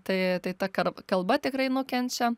tai tai ta kar kalba tikrai nukenčia